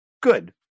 Good